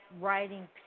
writing